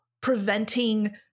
preventing